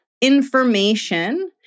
information